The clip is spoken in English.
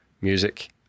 music